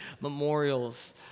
memorials